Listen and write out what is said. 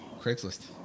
Craigslist